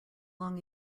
long